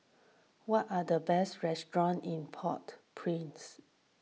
what are the best restaurants in Port Prince